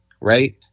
right